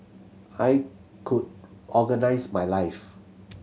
I could organise my life